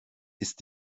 ist